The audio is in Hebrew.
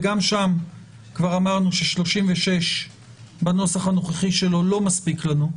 וגם שם כבר אמרנו שסעיף 36 בנוסח הנוכחי שלו לא מספיק לנו,